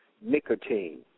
nicotine